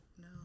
No